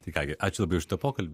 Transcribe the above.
tai ką gi ačiū labai už šitą pokal